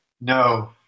No